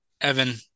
Evan